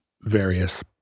various